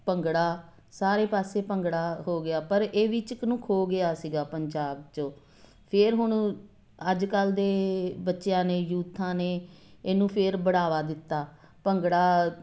ਭੰਗੜਾ ਸਾਰੇ ਪਾਸੇ ਭੰਗੜਾ ਹੋ ਗਿਆ ਪਰ ਇਹ ਵਿੱਚ ਕੁ ਨੂੰ ਖੋਹ ਗਿਆ ਸੀਗਾ ਪੰਜਾਬ 'ਚੋਂ ਫਿਰ ਹੁਣ ਓ ਅੱਜ ਕੱਲ੍ਹ ਦੇ ਬੱਚਿਆਂ ਨੇ ਯੂਥਾਂ ਨੇ ਇਹਨੂੰ ਫਿਰ ਬੜਾਵਾ ਦਿੱਤਾ ਭੰਗੜਾ